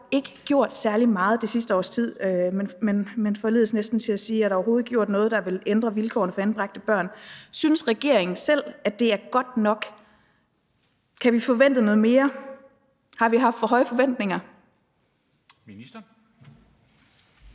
ikke er gjort særlig meget det sidste års tid. Man forledes næsten til at spørge: Er der overhovedet gjort noget, der vil ændre vilkårene for anbragte børn? Synes regeringen selv, at det er godt nok? Kan vi forvente noget mere? Har vi haft for høje forventninger?